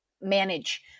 manage